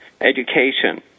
education